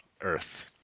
earth